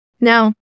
Now